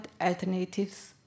alternatives